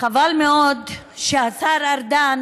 חבל מאוד שהשר ארדן